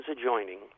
adjoining